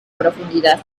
profundidad